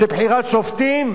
בחירת שופטים?